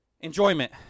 Enjoyment